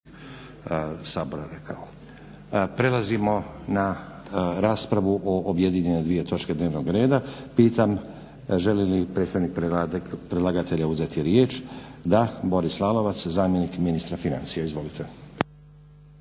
Sabora rekao. Prelazimo na raspravu o objedinjene dvije točke dnevnog reda. Pitam želi li predstavnik predlagatelja uzeti riječ? Da. Boris Lalovac zamjenik ministra financija. Izvolite.